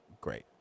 great